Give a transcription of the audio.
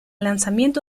lanzamiento